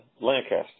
Lancaster